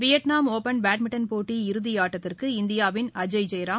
Vietnam open badminton போட்டி இறுதியாட்டத்திற்கு இந்தியாவின் அஜய் ஜெயராம்